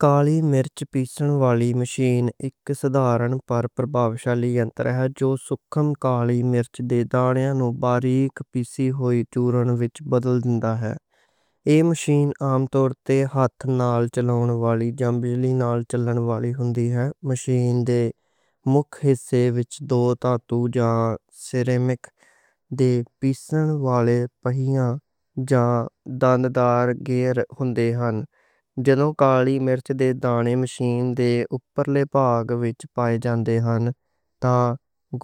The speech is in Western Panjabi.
کالی مرچ پِسّن والی مشین اک سادہ پر اثر مشین ہوندی ہے۔ ایہہ کالی مرچ دے دانیاں نوں باریک پِسّی ہوئی چُورن وچ بدل دی ہے۔ ایہہ مشین عام طور تے ہاتھ نال چلان والی جاں بجلی نال چلان والی ہندی ہے۔ مشین دے مُکھ حصے وچ دو دھاتّو جاں سیرامک دے پِسّن والے پہیے جاں دندار گئیر ہندے ہن۔ جدوں کالی مرچ دے دانے مشین دے اوپرلے بھاگ وچ پائے جاندے ہن تاں